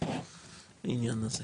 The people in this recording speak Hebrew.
לעניין הזה.